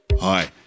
Hi